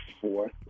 fourth